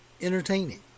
entertaining